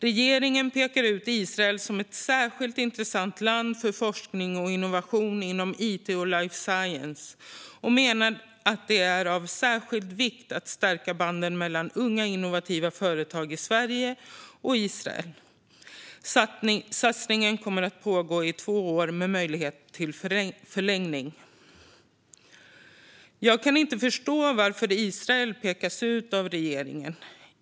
Regeringen pekar ut Israel som ett särskilt intressant land för forskning och innovation inom it och life science och menar att det är av särskild vikt att stärka banden mellan unga, innovativa företag i Sverige och i Israel. Satsningen kommer att pågå i två år med möjlighet till förlängning. Jag kan inte förstå varför Israel pekas ut av regeringen.